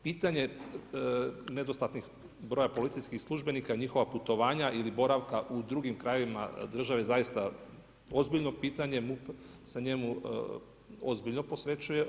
Pitanje nedostatnih broja policijskih službenika i njihova putovanja ili boravka u drugim krajevima države zaista ozbiljno pitanje, MUP se njemu ozbiljno posvećuje.